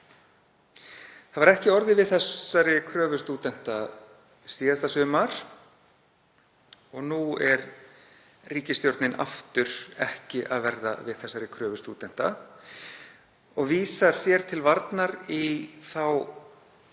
Það var ekki orðið við þessari kröfu stúdenta síðasta sumar. Nú ætlar ríkisstjórnin aftur ekki að verða við þessari kröfu stúdenta og vísar sér til varnar í þær